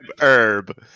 herb